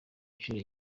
inshuro